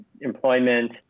employment